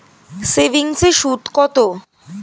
সেভিংসে সুদ কত?